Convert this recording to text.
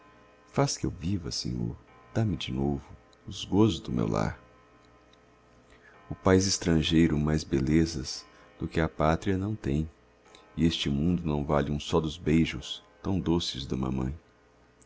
faz que eu viva senhor dá-me de novo os gozos do meu lar o país estrangeiro mais belezas do que a pátria não tem e este mundo não vale um só dos beijos tão doces duma mãe